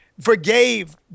forgave